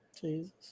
Jesus